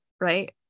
right